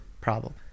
problem